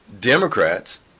Democrats